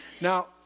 Now